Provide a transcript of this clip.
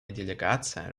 делегация